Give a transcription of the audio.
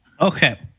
Okay